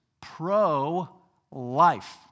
pro-life